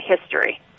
history